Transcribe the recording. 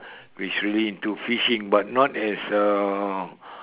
which really into fishing but not as uh